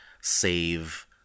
save